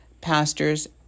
pastors